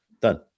done